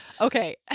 okay